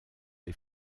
les